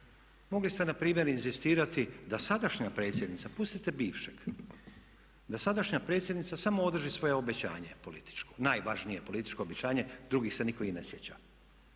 Mogli ste npr. inzistirati da sadašnja predsjednica, pustite bivšeg, da sadašnja predsjednica samo održi svoje obećanje političko najvažnije, drugih se nitko i ne sjeća,